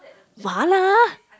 mala